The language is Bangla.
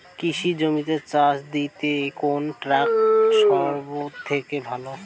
কৃষি জমিতে চাষ দিতে কোন ট্রাক্টর সবথেকে ভালো?